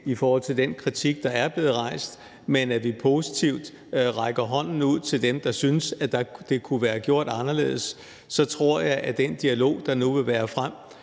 tørner lige imod en væg, men at vi positivt rækker hånden ud til dem, der synes, at det kunne have været gjort anderledes. Og så tror jeg, at vi med den dialog, der nu vil være, fra